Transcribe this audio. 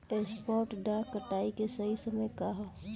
सॉफ्ट डॉ कटाई के सही समय का ह?